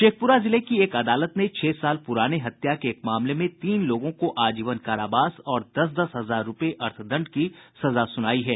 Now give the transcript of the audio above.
शेखपुरा जिले की एक अदालत ने छह साल पुराने हत्या के एक मामले में तीन लोगों को आजीवन कारावास और दस दस हजार रूपये अर्थदंड की सजा सुनाई है